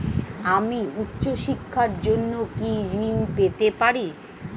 আমি উচ্চশিক্ষার জন্য কি ঋণ পেতে পারি?